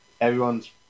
everyone's